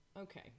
Okay